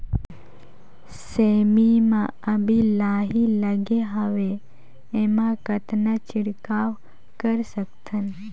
सेमी म अभी लाही लगे हवे एमा कतना छिड़काव कर सकथन?